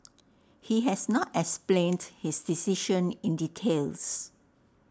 he has not explained his decision in details